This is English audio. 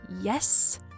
Yes